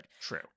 True